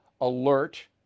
alert